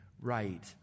right